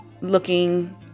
looking